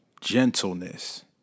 gentleness